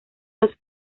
los